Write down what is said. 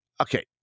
Okay